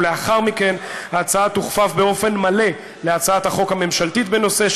ולאחר מכן ההצעה תוכפף באופן מלא להצעת החוק הממשלתית בנושא,